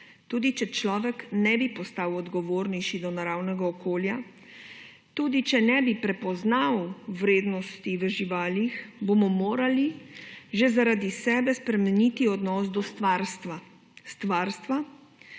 Tudi če človek ne bi postal odgovornejši do naravne okolja tudi, če ne bi prepoznal vrednosti v živalih bomo morali že, zaradi sebe spremeniti odnos do stvarstva,